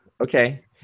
okay